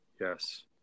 Yes